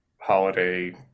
holiday